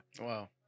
Wow